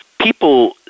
People